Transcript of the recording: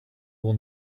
will